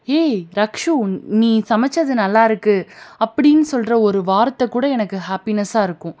ஏய் ரக்ஷு நீ சமைத்தது நல்லாயிருக்கு அப்படின்னு சொல்கிற ஒரு வார்த்தை கூட எனக்கு ஹாப்பினஸாக இருக்கும்